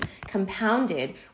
compounded